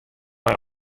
nei